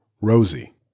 Rosie